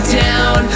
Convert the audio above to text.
down